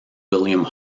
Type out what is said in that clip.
william